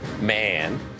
man